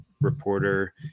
reporter